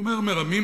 אני אומר "מרמים",